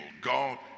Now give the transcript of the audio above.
God